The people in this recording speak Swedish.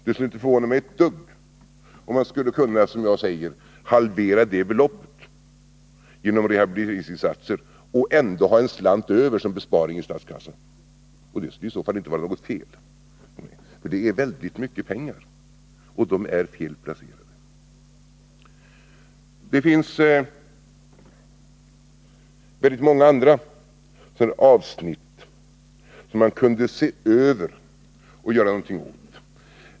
Det skulle inte förvåna mig ett dugg, om man som jag säger skulle kunna halvera det beloppet genom rehabiliteringsinsatser och ändå ha en slant över som besparing i statskassan — och det skulle iså fallinte vara något fel, för det är väldigt mycket pengar, och de är felaktigt placerade. Det finns många andra avsnitt på det här området, som man kunde se över och göra någonting åt.